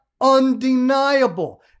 undeniable